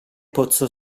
pozzo